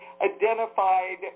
identified